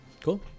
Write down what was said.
Cool